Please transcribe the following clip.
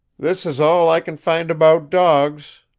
this is all i can find about dogs,